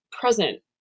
present